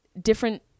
different